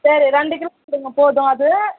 சரி ரெண்டு கிலோ கொடுங்க போதும் அது